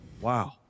Wow